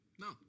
no